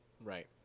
Right